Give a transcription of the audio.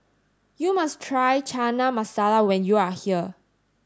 you must try Chana Masala when you are here